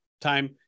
time